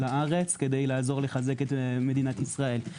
לארץ כדי לעזור לחזק את מדינת ישראל.